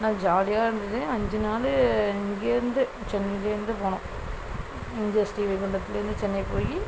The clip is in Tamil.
ஆனால் ஜாலியாக இருந்துது அஞ்சு நாள் இங்கேருந்து இங்கேருந்து போனோம் இங்கே ஸ்ரீவில்லிகுண்டத்துலேருந்து சென்னை போய்